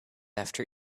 after